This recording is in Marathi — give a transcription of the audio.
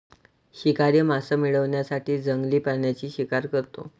शिकारी मांस मिळवण्यासाठी जंगली प्राण्यांची शिकार करतो